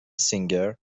سینگر